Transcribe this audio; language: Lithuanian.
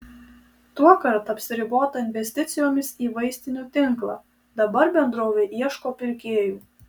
tuokart apsiribota investicijomis į vaistinių tinklą dabar bendrovė ieško pirkėjų